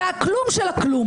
זה הכלום של הכלום.